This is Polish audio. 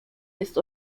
jest